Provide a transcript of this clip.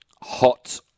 Hot